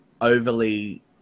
overly